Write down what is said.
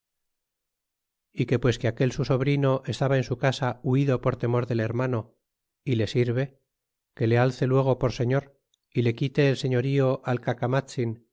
y que pues que aquel su sobrino estaba en su casa huido por temor del hermano y le sirve que le alce luego por señor y le quite el señorío al